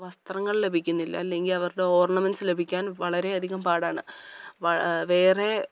വസ്ത്രങ്ങൾ ലഭിക്കുന്നില്ല അല്ലെങ്കില് അവരുടെ ഓർണമെൻറ്റ്സ് ലഭിക്കാൻ വളരെ അധികം പാടാണ് വേറെ